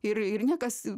ir ir niekas